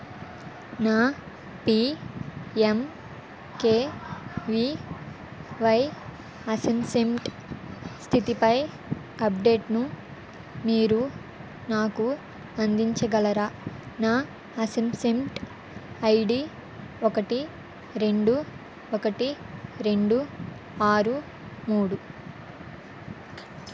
నా PMKVY assessment స్థితిపై అప్డేట్ను మీరు నాకు అందించగలరా నా అస్సెస్మెంట్ ఐడి ఒకటి రెండు ఒకటి రెండు ఆరు మూడు